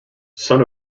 son